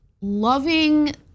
loving